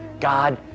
God